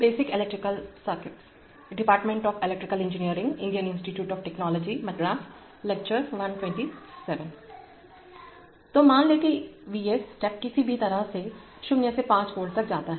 तो मान लें कि V s स्टेप किसी भी तरह से 0 से 5 वोल्ट तक जाता है